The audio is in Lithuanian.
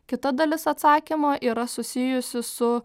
kita dalis atsakymo yra susijusi su